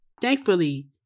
Thankfully